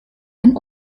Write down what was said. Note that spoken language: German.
ein